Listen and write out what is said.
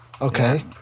okay